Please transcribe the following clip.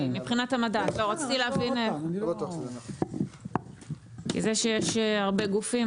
HHI. זה שיש הרבה גופים,